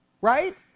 right